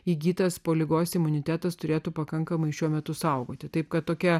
įgytas po ligos imunitetas turėtų pakankamai šiuo metu saugoti tai kad tokia